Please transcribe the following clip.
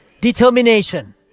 determination